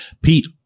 Pete